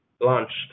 launched